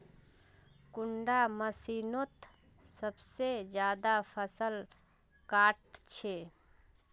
कुंडा मशीनोत सबसे ज्यादा फसल काट छै?